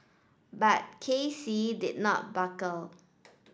but K C did not buckle